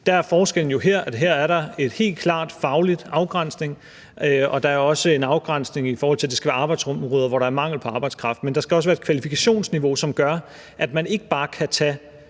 Der er forskellen jo, at der her er en helt klar faglig afgrænsning, og det er også en afgrænsning, i forhold til at det skal være arbejdsområder, hvor der er mangel på arbejdskraft. Men der skal også være et kvalifikationsniveau, som gør, at man ikke bare kan tage